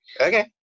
okay